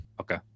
Okay